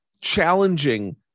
challenging